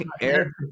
air